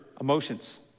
emotions